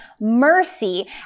mercy